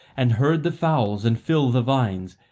and herd the fowls and fill the vines,